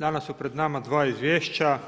Danas su pred nama 2 Izvješća,